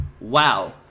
Wow